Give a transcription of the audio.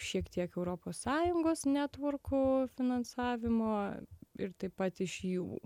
šiek tiek europos sąjungos netvorkų finansavimo ir taip pat iš jų